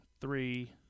three